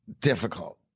difficult